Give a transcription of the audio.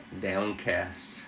downcast